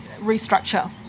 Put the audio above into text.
restructure